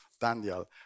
Daniel